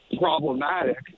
problematic